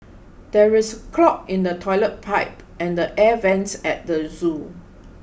there is a clog in the Toilet Pipe and the Air Vents at the zoo